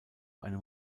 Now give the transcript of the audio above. einem